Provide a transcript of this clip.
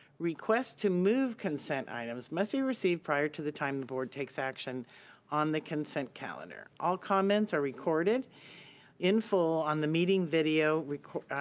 requests to move consent items must be received prior to the time the board takes action on the consent calendar. all comments are recorded in full on meeting video record.